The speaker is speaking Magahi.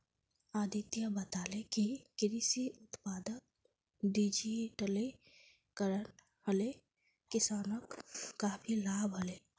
अदित्य बताले कि कृषि उत्पादक डिजिटलीकरण हले किसानक काफी लाभ हले